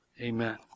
Amen